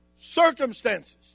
circumstances